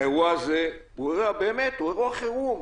האירוע הוא באמת אירוע חירום.